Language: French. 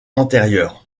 antérieure